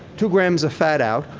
two grams of fat out.